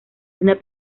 una